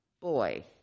boy